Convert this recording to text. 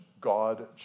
God